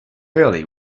early